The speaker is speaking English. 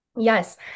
Yes